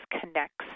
Connects